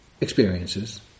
experiences